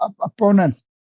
opponents